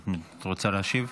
את רוצה להשיב?